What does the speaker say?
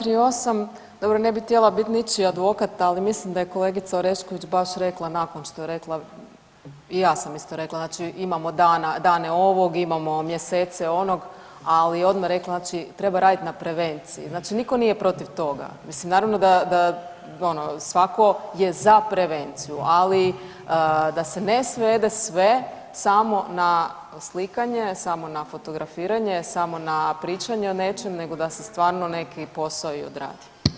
238., dobro ne bi htjela bit ničiji advokat, ali mislim da je kolegica Orešković baš rekla nakon što je rekla i ja sam isto rekla, znači imamo dana, dane ovog, imamo mjesece onog, ali odmah je rekla znači treba radit na prevenciji, znači niko nije protiv toga, mislim naravno da, da ono svako je za prevenciju, ali da se ne svede sve samo na slikanje, samo na fotografiranje, samo na pričanje o nečem nego da se stvarno neki posao i odradi.